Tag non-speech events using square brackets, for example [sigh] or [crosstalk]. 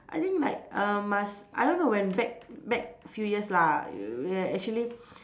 I think like uh must I don't know when back back few years lah you will actually [noise]